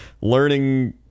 learning